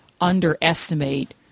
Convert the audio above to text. underestimate